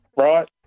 Right